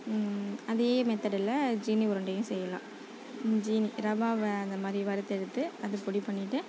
அதே மெத்தடில் ஜீனி உருண்டையும் செய்யலாம் ஜீனி ரவாவை அந்தமாதிரி வறுத்து எடுத்து அதை பொடி பண்ணிட்டு